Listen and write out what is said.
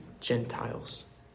Gentiles